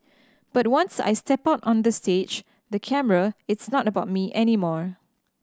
but once I step out on the stage the camera it's not about me anymore